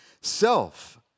self